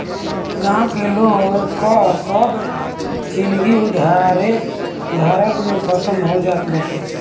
गांव के लोग कअ सब जिनगी उधारे भरत में खतम हो जात बाटे